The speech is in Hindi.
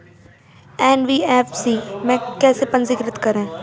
एन.बी.एफ.सी में कैसे पंजीकृत करें?